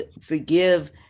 forgive